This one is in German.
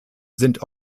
sind